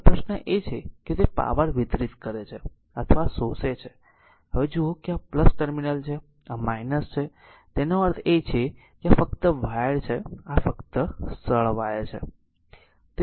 હવે પ્રશ્ન એ છે કે તે પાવર વિતરિત કરે છે અથવા શોષે છે હવે જુઓ આ ટર્મિનલ છે આ છે તેનો અર્થ એ છે કે આ ફક્ત વાયર છે આ ફક્ત સરળ વાયર છે